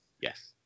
Yes